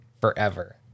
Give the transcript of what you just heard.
forever